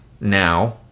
now